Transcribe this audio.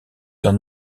dans